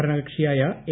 ഭരണകക്ഷിയായ എ